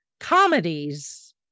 comedies